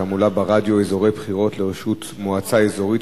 (תעמולה ברדיו אזורי בבחירות לראשות מועצה אזורית),